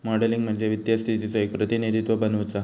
modelling म्हणजे वित्तीय स्थितीचो एक प्रतिनिधित्व बनवुचा